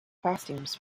costumes